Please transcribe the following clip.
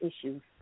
issues